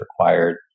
required